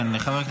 כן.